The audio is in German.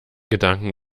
gedanken